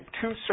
two